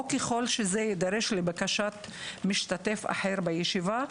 או ככל שזה יידרש לבקשת משתתף אחר בישיבה,